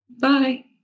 Bye